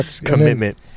Commitment